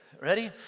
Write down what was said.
ready